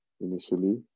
Initially